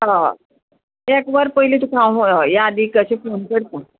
हय एक वर पयलीं तुका हांव यादीक अशें फोन करता